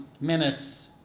minutes